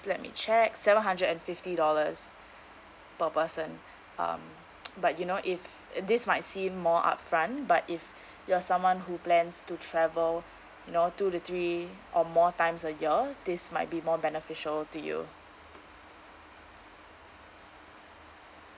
let me check seven hundred and fifty dollars per person um but you know if uh this might seem more upfront but if you're someone who plans to travel you know two to three or more times a year this might be more beneficial to you